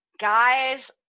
guys